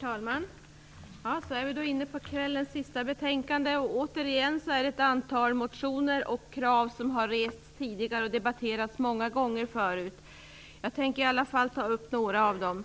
Herr talman! Då är vi inne på kvällens sista betänkande. Återigen gäller det ett antal motioner och krav som har rests tidigare och debatterats många gånger förut. Jag tänker i alla fall ta upp några av dem.